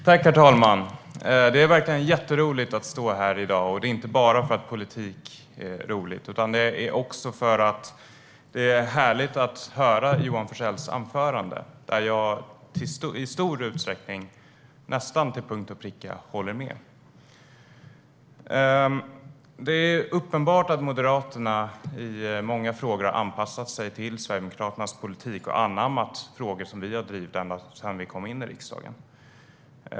Herr talman! Det är verkligen jätteroligt att stå här i dag - inte bara för att politik är roligt utan också för att det är härligt att höra Johan Forssells anförande. Jag håller i stor utsträckning, nästan till punkt och pricka, med om det han säger. Det är uppenbart att Moderaterna har anpassat sig till Sverigedemokraternas politik i många frågor. Man har anammat frågor vi har drivit ända sedan vi kom in i riksdagen.